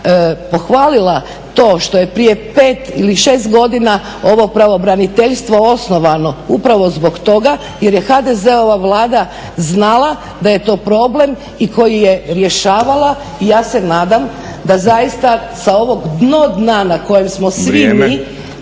pohvalila to što je prije pet ili šest godina ovo pravobraniteljstvo osnovano, upravo zbog toga jer je HDZ-ova Vlada znala da je to problem i koji je rješavala. I ja se nadam da zaista sa ovog dno dna na kojem smo svi mi